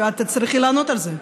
כי את תצטרכי לענות על זה.